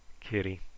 Kitty